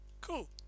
Cool